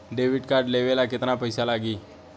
Debit card लेवे ला केतना पईसा लागी?